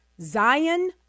Zion